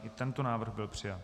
I tento návrh byl přijat.